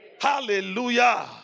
Hallelujah